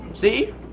See